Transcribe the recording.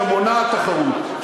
שמונעת תחרות,